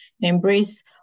embrace